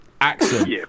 accent